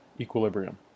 equilibrium